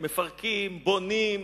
מפרקים, בונים,